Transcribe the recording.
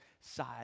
side